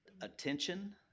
attention